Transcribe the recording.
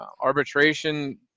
arbitration